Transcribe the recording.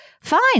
fine